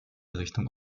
richtung